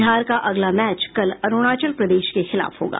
बिहार का अगला मैच कल अरूणाचल प्रदेश के खिलाफ होगा